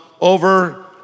over